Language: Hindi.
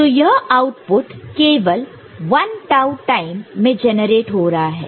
तो यह आउटपुट केवल 1 टाऊ टाइम में जनरेट हो रहा है